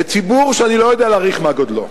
לציבור שאני לא יודע להעריך מה גודלו,